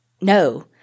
No